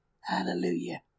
Hallelujah